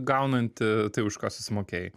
gaunanti tai už ką sumokėjai